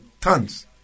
tons